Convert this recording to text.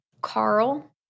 Carl